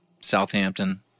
Southampton